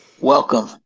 Welcome